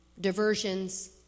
diversions